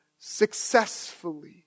successfully